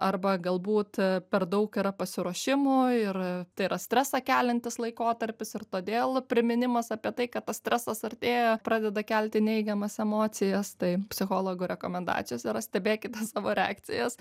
arba galbūt per daug yra pasiruošimų ir tai yra stresą keliantis laikotarpis ir todėl priminimas apie tai kad tas stresas artėja pradeda kelti neigiamas emocijas tai psichologų rekomendacijos yra stebėkite savo reakcijas